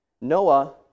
Noah